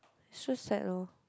should sad loh